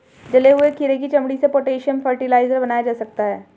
जले हुए खीरे की चमड़ी से पोटेशियम फ़र्टिलाइज़र बनाया जा सकता है